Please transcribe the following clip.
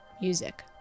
music